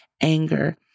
anger